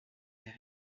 est